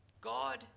God